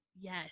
Yes